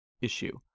issue